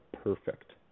perfect